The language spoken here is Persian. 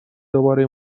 دوباره